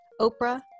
Oprah